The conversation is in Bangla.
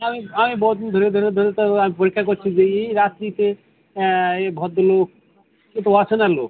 আমি আমি বহু দিন ধরে ধরে ধরে তো আমি পরীক্ষা করছি যে এই রাত্রিতে এ ভদ্রলোক এ তো অচেনা লোক